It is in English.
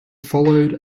followed